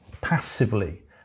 passively